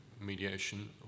mediation